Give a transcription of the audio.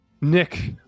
nick